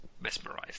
mesmerized